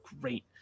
great